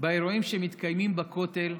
באירועים שמתקיימים בכותל,